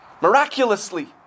miraculously